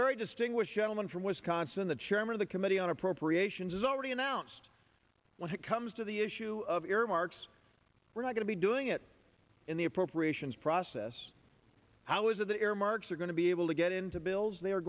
very distinguished gentleman from wisconsin the chairman of the committee on appropriations has already announced when it comes to the issue of earmarks we're not going to be doing it in the appropriations process how is it the earmarks are going to be able to get into bills they